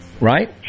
right